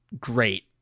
great